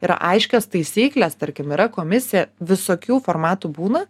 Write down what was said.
yra aiškios taisyklės tarkim yra komisija visokių formatų būna